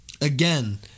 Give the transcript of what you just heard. Again